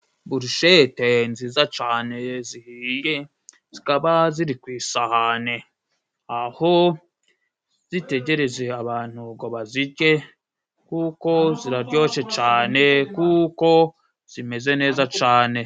Burushete nziza cane zihiye zikaba ziri ku isahane , aho zitegereje abantu ngo bazirye kuko ziraryoshe cane kuko zimeze neza cane.